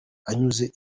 anyuze